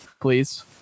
Please